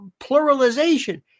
pluralization